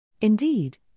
Indeed